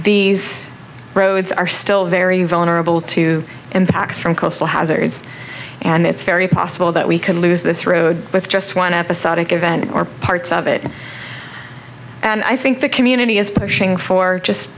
these roads are still very vulnerable to impacts from coastal hazards and it's very possible that we could lose this road with just one episodic event or parts of it and i think the community is pushing for just